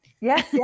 yes